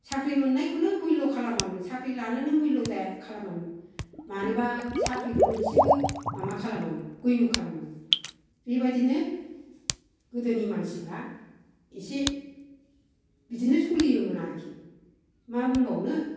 साख्रि मोननायखौनो मुल्य खालामामोन साख्रि लानोनो मुल्य जाया खालामामोन मानोबा साख्रिखौनो एसेबो माबा खालामामोन मुल्य खालामामोन बेबायदिनो गोदोनि मानसिफ्रा एसे बिदिनो सोलियोमोन आरोखि मा बुंबावनो